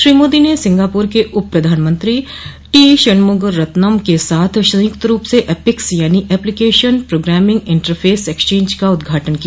श्री मोदी ने सिंगापूर के उप प्रधानमंत्री टी शनमुगारत्नम के साथ संयुक्त रूप से एपिक्स यानि एप्लीकेशन प्रोग्रेमिंग इंटरफेस एक्सचेंज का उद्घाटन किया